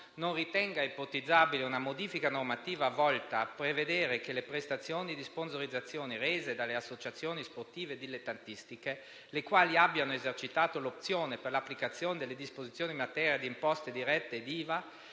non ritenga ipotizzabile una modifica normativa volta a prevedere che le prestazioni di sponsorizzazione rese dalle associazioni sportive dilettantistiche - le quali abbiano esercitato l'opzione per l'applicazione delle disposizioni in materia di imposte dirette ed IVA